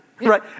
right